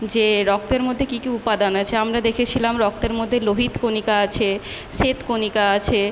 যে রক্তের মধ্যে কী কী উপাদান আছে আমরা দেখেছিলাম রক্তের মধ্যে লোহিত কণিকা আছে শ্বেত কণিকা আছে